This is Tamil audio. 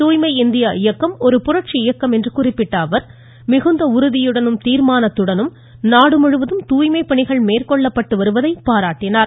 தூய்மை இந்தியா இயக்கம் ஒரு புரட்சி இயக்கம் என்று குறிப்பிட்ட அவர் மிகுந்த உறுதியுடனும் தீர்மானத்துடனும் நாடுமுழுவதும் தூய்மை பணிகள் மேற்கொள்ளப்பட்டு வருவதை பாராட்டினார்